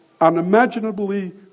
Unimaginably